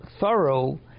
Thorough